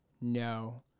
no